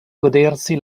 godersi